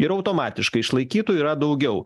ir automatiškai išlaikytų yra daugiau